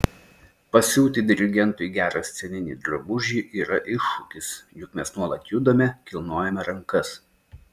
pasiūti dirigentui gerą sceninį drabužį yra iššūkis juk mes nuolat judame kilnojame rankas